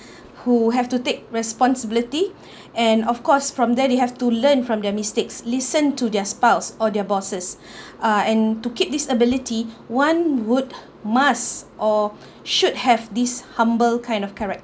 who have to take responsibility and of course from there you have to learn from their mistakes listen to their spouse or their bosses uh and to keep this ability one would must or should have this humble kind of character